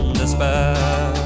despair